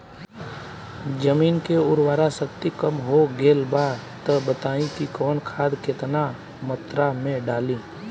जमीन के उर्वारा शक्ति कम हो गेल बा तऽ बताईं कि कवन खाद केतना मत्रा में डालि?